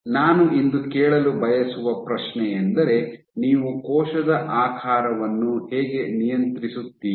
ನಾನು ಇಂದು ಕೇಳಲು ಬಯಸುವ ಪ್ರಶ್ನೆಯೆಂದರೆ ನೀವು ಕೋಶದ ಆಕಾರವನ್ನು ಹೇಗೆ ನಿಯಂತ್ರಿಸುತ್ತೀರಿ